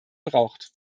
braucht